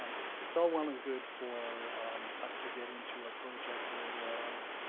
um it's it's all well and good for us to get into a project where there are